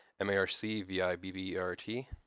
M-A-R-C-V-I-B-B-E-R-T